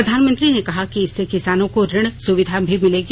प्रधानमंत्री ने कहा कि इससे किसानों को ऋण वित्तीरय सुविधा भी मिलेगी